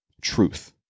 truth